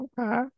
okay